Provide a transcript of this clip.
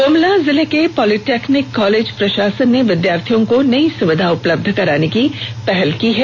गुमला जिले के polytechnic college प्रषासन ने विद्यार्थियों को नई सुविधा उपलब्ध कराने की पहल की है